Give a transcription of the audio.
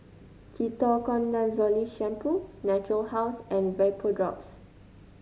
Ketoconazole Shampoo Natura House and Vapodrops